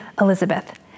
Elizabeth